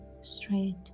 straight